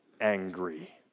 angry